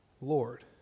Lord